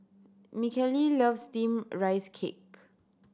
Michaele loves Steamed Rice Cake